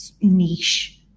niche